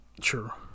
Sure